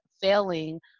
failing